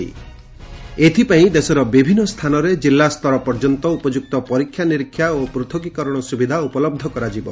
ଏଥିପାଇଁ ଦେଶର ବିଭିନ୍ନ ସ୍ଥାନରେ ଜିଲ୍ଲାସ୍ତର ପର୍ଯ୍ୟନ୍ତ ଉପଯୁକ୍ତ ପରୀକ୍ଷନିରୀକ୍ଷା ଓ ପୃଥକୀକରଣ ସୁବିଧା ଉପଲବ୍ଧ କରାଯିବ